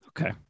Okay